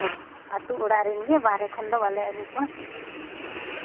ᱟᱛᱳ ᱚᱲᱟᱜ ᱨᱮᱱ ᱜᱮ ᱵᱟᱦᱨᱮ ᱠᱷᱚᱱᱜᱮ ᱵᱟᱞᱮ ᱟᱹᱜᱩ ᱠᱚᱣᱟ